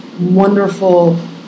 wonderful